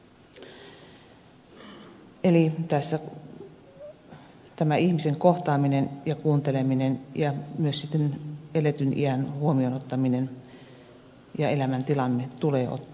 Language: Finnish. eli tässä tämä ihmisen kohtaaminen ja kuunteleminen ja myös sitten eletty ikä ja elämäntilanne tulee ottaa huomioon